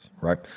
right